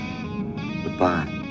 Goodbye